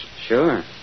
Sure